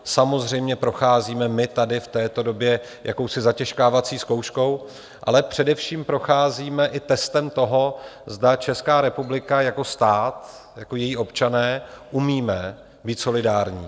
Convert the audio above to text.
Samozřejmě procházíme my tady v této době jakousi zatěžkávací zkouškou, ale především procházíme i testem toho, zda Česká republika jako stát, jako je občané umíme být solidární.